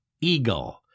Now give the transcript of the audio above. Eagle